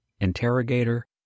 interrogator